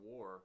War